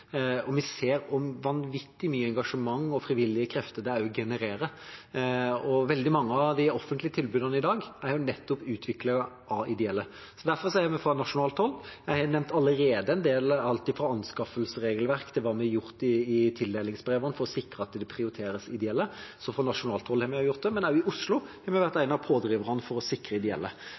Vi ser hvor vanvittig mye engasjement og frivillige krefter det også genererer, og veldig mange av de offentlige tilbudene i dag er nettopp utviklet av ideelle. Derfor har vi fra nasjonalt hold, som jeg allerede har nevnt, gjort en del med alt fra anskaffelsesregelverk til det vi har gjort i tildelingsbrevene, for å sikre at ideelle prioriteres. Fra nasjonalt hold har vi gjort det, men også her i Oslo har vi vært en av pådriverne for å sikre ideelle.